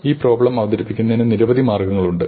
ഈ പ്രോബ്ലം അവതരിപ്പിക്കുന്നതിന് നിരവധി മാർഗങ്ങളുണ്ട്